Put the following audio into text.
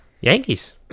Yankees